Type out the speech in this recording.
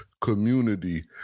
community